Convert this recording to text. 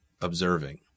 observing